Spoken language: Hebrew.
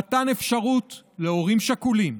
מתן אפשרות להורים שכולים,